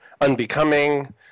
unbecoming